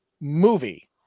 movie